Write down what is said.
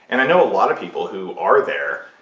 and i know a lot of people who are there,